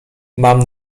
mam